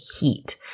heat